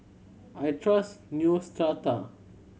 I trust Neostrata